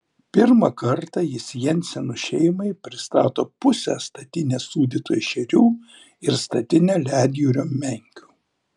pirmą kartą jis jensenų šeimai pristato pusę statinės sūdytų ešerių ir statinę ledjūrio menkių